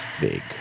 Big